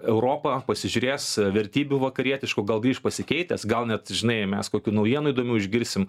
europą pasižiūrės vertybių vakarietiškų gal grįš pasikeitęs gal net žinai mes kokių naujienų įdomių išgirsim